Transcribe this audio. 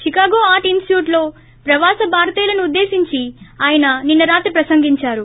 Chicago art institute లో ప్రహాస భారతీయులను ఉద్దేశించి అయన నిన్న రాత్రి ప్రసంగించారు